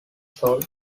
soul